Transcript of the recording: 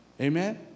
Amen